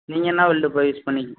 நீங்கள் என்ன வெல்டுபா யூஸ் பண்ணிக்